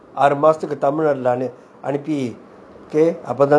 ஆறுமாசத்துக்குதமிழ்அனுப்பி:aaru masathuku tamil anupi okay